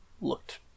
looked